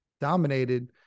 dominated